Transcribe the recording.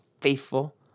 faithful